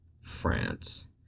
France